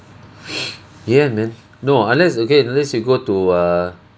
yeah man no unless okay unless you go to err